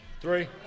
Three